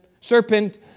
serpent